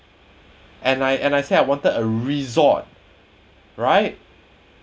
and I and I said I wanted a resort right